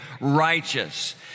righteous